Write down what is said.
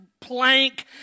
plank